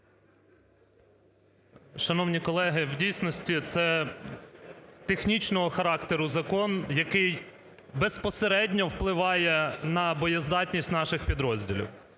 Шановні колеги, в дійсності, це технічного характеру закон, який безпосередньо впливає на боєздатність наших підрозділів.